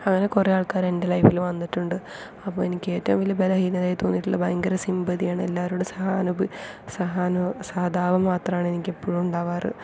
അങ്ങനെ കുറെ ആൾക്കാർ എൻ്റെ ലൈഫിൽ വന്നിട്ടുണ്ട് അപ്പോൾ എനിക്ക് ഏറ്റവും വലിയ ബലഹീനതയായി തോന്നിട്ടുള്ളത് ഭയങ്കര സിംപതിയാണ് എല്ലാരോടും സഹാനുഭൂതി സഹാനു സഹതാപം മാത്രമാണ് എനിക്ക് എപ്പോഴും ഉണ്ടാകാറ്